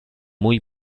muy